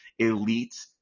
elites